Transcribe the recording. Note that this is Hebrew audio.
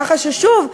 ככה ששוב,